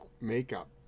makeup